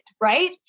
Right